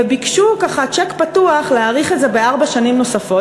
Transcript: ביקשו ככה צ'ק פתוח להאריך את זה בארבע שנים נוספות,